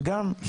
גם.